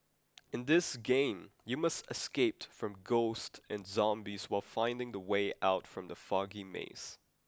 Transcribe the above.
in this game you must escape from ghosts and zombies while finding the way out from the foggy maze